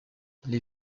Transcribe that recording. les